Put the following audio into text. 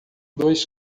dois